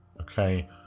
Okay